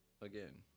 Again